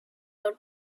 old